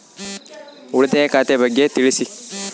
ಉಳಿತಾಯ ಖಾತೆ ಬಗ್ಗೆ ತಿಳಿಸಿ?